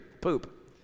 Poop